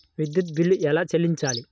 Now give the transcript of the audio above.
విద్యుత్ బిల్ ఎలా చెల్లించాలి?